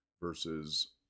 versus